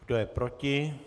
Kdo je proti?